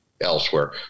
elsewhere